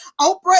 Oprah